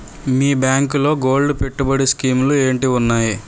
మీ బ్యాంకులో గోల్డ్ పెట్టుబడి స్కీం లు ఏంటి వున్నాయి?